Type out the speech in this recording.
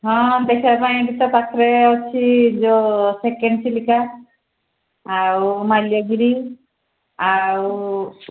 ହଁ ଦେଖିବା ପାଇଁ ବି ତ ପାଖରେ ଅଛି ଯୋଉ ସେକେଣ୍ଡ ଚିଲିକା ଆଉ ମାଲ୍ୟଗିରି ଆଉ